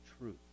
truth